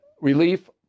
relief